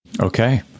Okay